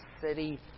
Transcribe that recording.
city